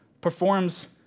performs